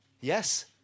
Yes